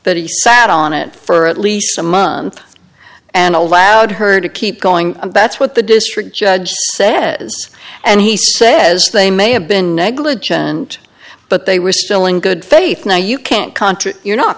that he sat on it for at least a month and allowed her to keep going abets what the district judge said and he says they may have been negligent but they were still in good faith now you can't contract you're not